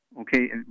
Okay